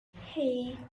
hey